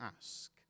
ask